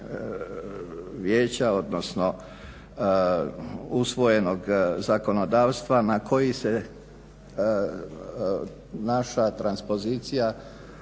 vijeća, odnosno usvojenog zakonodavstva na koji se naša transpozicija